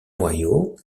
ohio